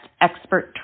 expert